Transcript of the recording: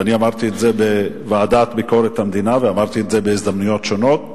ואני אמרתי את זה בוועדת ביקורת המדינה ואמרתי את זה בהזדמנויות שונות,